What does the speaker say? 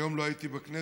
היום לא הייתי בכנסת,